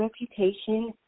reputation